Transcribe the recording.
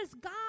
God